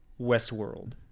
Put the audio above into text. Westworld